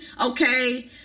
Okay